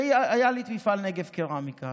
היה לי את מפעל נגב קרמיקה,